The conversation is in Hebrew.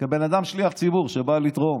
בן אדם שליח ציבור שבא לתרום